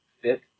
fit